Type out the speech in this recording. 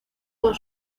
con